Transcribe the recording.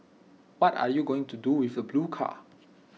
what are you going to do with the blue car